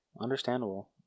understandable